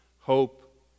hope